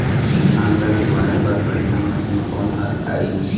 धान ला लुआय बर बढ़िया मशीन कोन हर आइ?